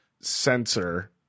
sensor